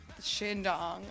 Shindong